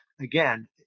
again